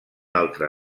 altre